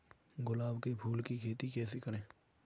गुलाब के फूल की खेती कैसे करें?